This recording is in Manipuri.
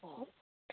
ꯑꯣ